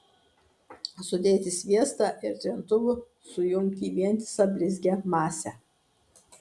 sudėti sviestą ir trintuvu sujungti į vientisą blizgią masę